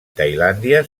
tailàndia